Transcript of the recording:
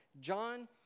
John